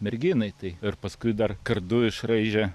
merginai tai ir paskui dar kardu išraižė